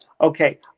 okay